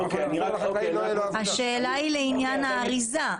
השאלה היא לעניין האריזה.